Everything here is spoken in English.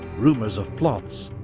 rumours of plots,